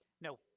No